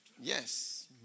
Yes